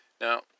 Now